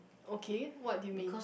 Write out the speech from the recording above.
okay what do you mean